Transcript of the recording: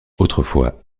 autrefois